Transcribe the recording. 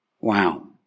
wow